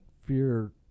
fear